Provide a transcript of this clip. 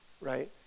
right